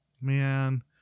Man